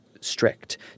strict